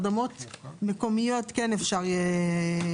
הרדמות מקומיות כן יוכל לעשות.